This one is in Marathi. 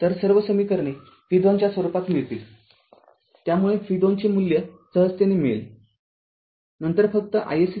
तर सर्व समीकरणे v२ च्या स्वरूपात मिळतील त्यामुळे v२ चे मूल्य सहजतेने मिळेल नंतर फक्त iSC